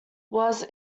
was